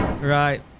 Right